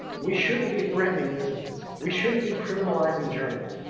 we shouldn't be threatening dissidents. we shouldn't be criminalizing journalism.